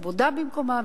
כבודה במקומה,